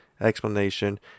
explanation